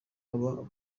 aba